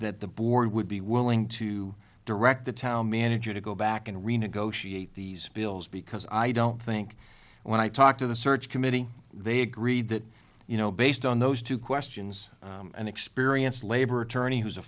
that the board would be willing to direct the town manager to go back and renegotiate these bills because i don't think when i talked to the search committee they agreed that you know based on those two questions an experienced labor attorney who's a